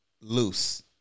Loose